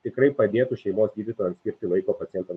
tikrai padėtų šeimos gydytojams skirti laiko pacientams